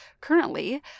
currently